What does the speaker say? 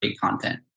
content